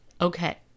okay